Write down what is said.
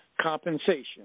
compensation